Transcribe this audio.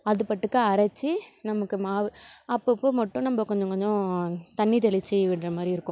அது பாட்டுக்கு அரைத்து நமக்கு மாவு அப்பப்போ மட்டும் நம்ம கொஞ்சம் கொஞ்சம் தண்ணி தெளித்து விடுற மாதிரி இருக்கும்